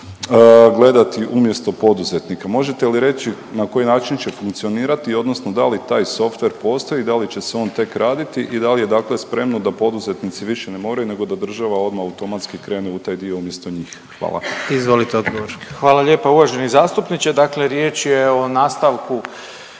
gledati umjesto poduzetnika, možete li reći na koji način će funkcionirati odnosno da li taj softver postoji i da li će se on tek raditi i da li je dakle spremno da poduzetnici više ne moraju nego da država odma automatski krene u taj dio umjesto njih? Hvala. **Jandroković, Gordan (HDZ)** Izvolite odgovor. **Malenica, Ivan (HDZ)** Hvala lijepa uvaženi zastupniče, dakle riječ je o nastavku